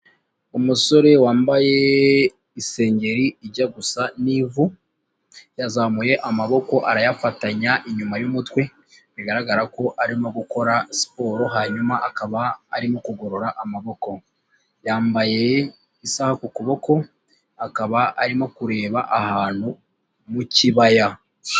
Umusore wambaye isengeri ijya gusa n'ivu, yazamuye amaboko arayafatanya inyuma y'umutwe, bigaragara ko arimo gukora siporo, hanyuma akaba arimo kugorora amaboko, yambaye isaha ku kuboko, akaba arimo kureba ahantu mu kibaya.